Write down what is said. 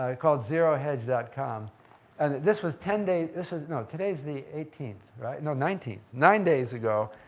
ah called zerohedge dot com and this was ten days, this was, no, today's the eighteenth, right, no, nineteenth. nine days ago,